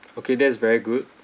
okay that is very good